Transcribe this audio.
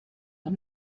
how